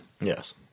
Yes